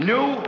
New